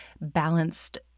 balanced